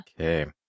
Okay